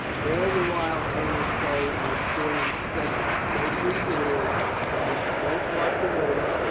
all the while colonel stow was staring steadily. no treason here? he repeated. no plot to mur der?